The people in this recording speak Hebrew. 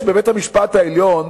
יש בבית-המשפט העליון